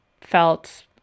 felt